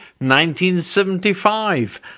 1975